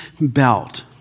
belt